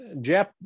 Jeff